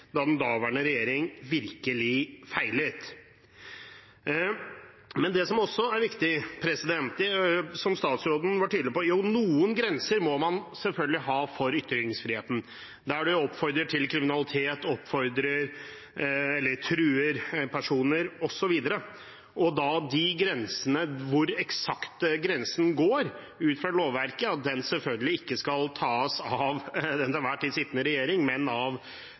da den daværende regjeringen virkelig feilet. Men det er også viktig, som statsråden var tydelig på, at man selvfølgelig må ha noen grenser for ytringsfriheten, f.eks. når man oppfordrer til kriminalitet, truer personer osv. Eksakt hvor grensen går i henhold til lovverket, skal selvfølgelig ikke bestemmes av den til enhver tid sittende regjering, men av